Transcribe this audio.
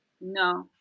No